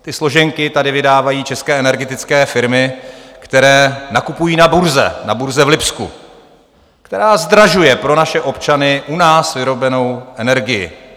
Ty složenky tady vydávají české energetické firmy, které nakupují na burze, na burze v Lipsku, která zdražuje pro naše občany u nás vyrobenou energii.